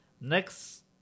Next